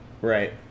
Right